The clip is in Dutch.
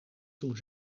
toen